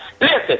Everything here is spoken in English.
Listen